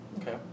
Okay